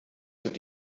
sind